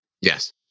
Yes